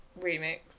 remix